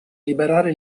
liberare